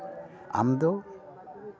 ᱟᱢᱫᱚ